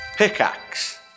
Pickaxe